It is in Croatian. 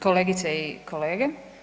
Kolegice i kolege.